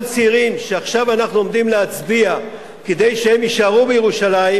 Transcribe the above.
צעירים שעכשיו אנחנו עומדים להצביע כדי שהם יישארו בירושלים,